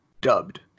dubbed